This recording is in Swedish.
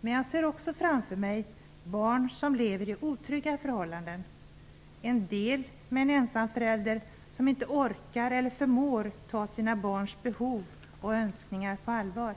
Men jag ser också framför mig barn som lever under otrygga förhållanden, en del med en ensam förälder som inte orkar eller förmår ta sina barns behov och önskningar på allvar.